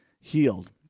healed